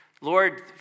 Lord